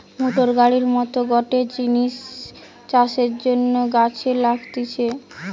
motor গাড়ির মত গটে জিনিস চাষের জন্যে কাজে লাগতিছে